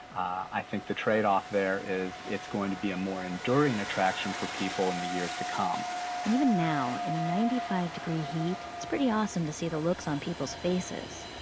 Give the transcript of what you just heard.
i think the trade off there is it's going to be a more enduring attraction for people in the years to come even now, in ninety five degree heat, it's pretty awesome to see the looks on people's faces.